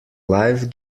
life